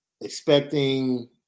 expecting